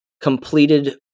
completed